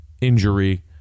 injury